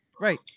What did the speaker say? Right